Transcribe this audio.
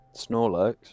Snorlax